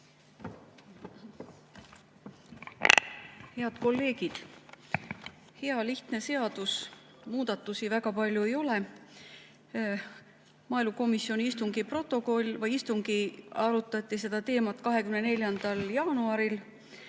Head kolleegid! Hea lihtne seadus, muudatusi väga palju ei ole. Maaelukomisjoni istungil arutati seda teemat 24. jaanuaril.